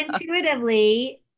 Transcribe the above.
intuitively-